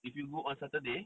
if you go on saturday